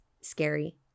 scary